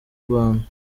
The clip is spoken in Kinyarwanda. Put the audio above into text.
rwanda